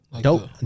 dope